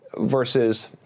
versus